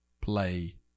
play